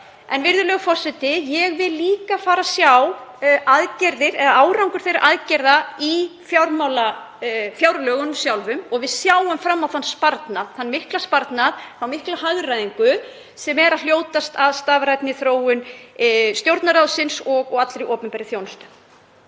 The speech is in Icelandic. En, virðulegur forseti, ég vil líka fara að sjá árangur þeirra aðgerða í fjárlögunum sjálfum og að við sjáum fram á þann mikla sparnað og þá miklu hagræðingu sem er að hljótast af stafrænni þróun Stjórnarráðsins og allrar opinberrar þjónustu.